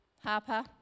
Harper